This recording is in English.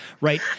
Right